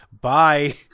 Bye